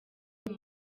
uwo